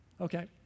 Okay